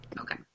Okay